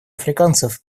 африканцев